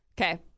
Okay